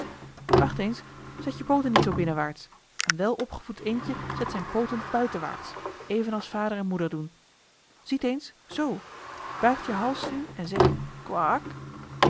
wacht eens zet je pooten niet zoo binnenwaarts een welopgevoed eendje zet zijn pooten buitenwaarts evenals vader en moeder doen ziet eens zoo buigt je hals nu en zegt